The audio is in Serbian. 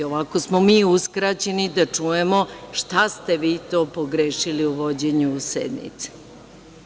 Ovako smo mi uskraćeni da čujemo šta ste vi to pogrešili u vođenju sednice.